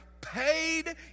paid